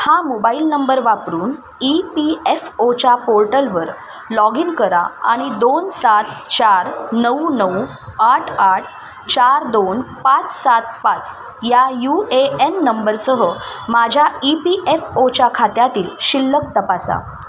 हा mobile number वापरून E P F ओच्या पोर्टलवर लॉग इन करा आणि दोन सात चार नऊ नऊ आठ आठ चार दोन पाच सात पाच या यू ए एन नंबरसह माझ्या ई पी एफ ओच्या खात्यातील शिल्लक तपासा